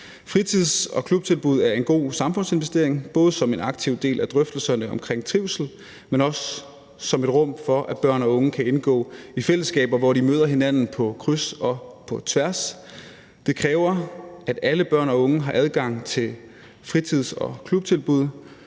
Fritids- og klubtilbud er en god samfundsinvestering både som en aktiv del af drøftelserne omkring trivsel, men også som et rum for, at børn og unge kan indgå i fællesskaber, hvor de møder hinanden på kryds og på tværs. Det kræver, at alle børn og unge har adgang til fritids- og klubtilbud,